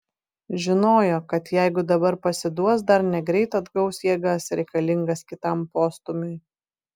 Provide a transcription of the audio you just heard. žinojo kad jeigu dabar pasiduos dar negreit atgaus jėgas reikalingas kitam postūmiui